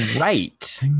Right